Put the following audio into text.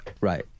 Right